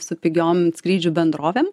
su pigiom skrydžių bendrovėm